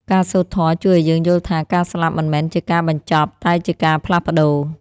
ការសូត្រធម៌ជួយឱ្យយើងយល់ថា ការស្លាប់មិនមែនជាការបញ្ចប់ តែជាការផ្លាស់ប្តូរ។